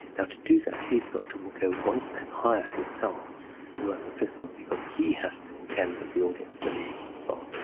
ah to do that he's got to go one step higher himself and work at fifth order because he has to intend that the audience believes and so on.